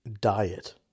diet